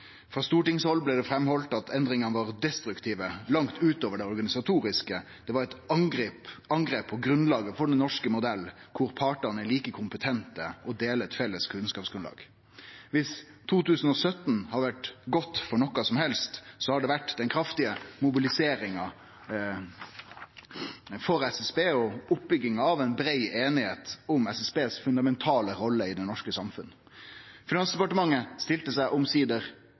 Frå stortingshald blei det hevda at endringane var destruktive langt utover det organisatoriske, det var eit angrep på grunnlaget for den norske modellen, kor partane er like kompetente og deler eit felles kunnskapsgrunnlag. Viss 2017 har vore godt for noko som helst, har det vore den kraftige mobiliseringa for SSB og oppbygginga av ei brei einigheit om SSB si fundamentale rolle i det norske samfunnet. Finansdepartementet stilte seg